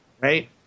Right